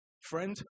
Friend